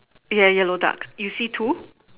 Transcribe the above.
ya yellow duck you see two